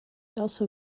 also